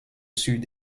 sud